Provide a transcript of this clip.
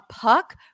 puck